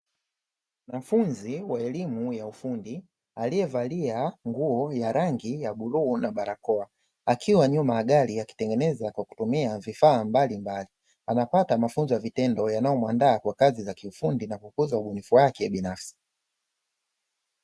Mkufunzi wa elimu ya ufundi aliye valia nguo yarangi ya bluu na balakoa, akiwa nyuma ya gari akitengeneza kwakutumia vifaa mbalimbali, anafuata mafunzo ya vitendo yanayo mwandaa kwa kazi za kiufundi nakukuza ubunifu wake binafsi.